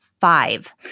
five